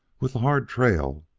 with the hard trail,